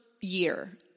year